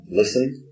listen